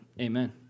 Amen